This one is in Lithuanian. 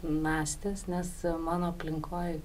nastės nes mano aplinkoj